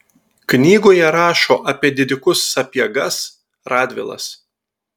knygoje rašo apie didikus sapiegas radvilas